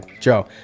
Joe